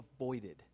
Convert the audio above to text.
avoided